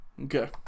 Okay